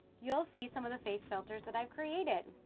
you'll see some of the face filters that i've created.